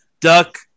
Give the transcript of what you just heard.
duck